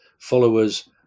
followers